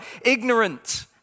ignorant